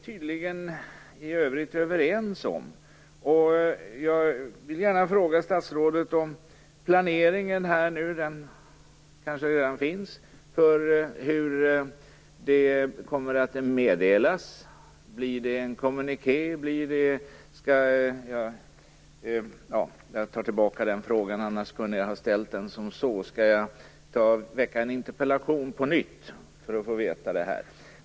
Tydligen är vi överens om detta i övrigt. Jag vill gärna fråga statsrådet om planeringen - den kanske redan finns - för hur detta kommer att meddelas. Blir det en kommuniké, eller vad? Jag tar tillbaka den frågan, men annars kunde jag ha ställt den som så. Skall jag väcka en interpellation på nytt för att få veta det här?